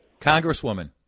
Congresswoman